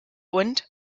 und